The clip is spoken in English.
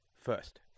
first